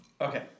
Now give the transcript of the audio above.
Okay